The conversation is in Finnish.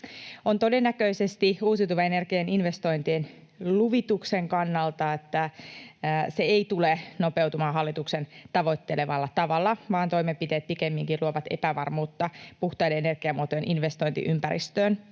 On todennäköistä uusiutuvan energian investointien luvituksen kannalta, että se ei tule nopeutumaan hallituksen tavoittelemalla tavalla, vaan toimenpiteet pikemminkin luovat epävarmuutta puhtaiden energiamuotojen investointiympäristöön.